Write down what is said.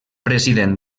president